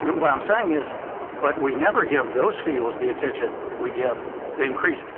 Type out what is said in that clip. what i'm saying is but we never give those fields the attention we give the increase.